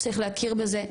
צריך להכיר בזה.